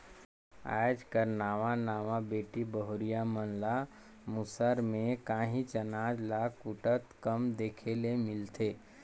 आएज कर नावा नावा बेटी बहुरिया मन ल मूसर में काहींच अनाज ल कूटत कम देखे ले मिलथे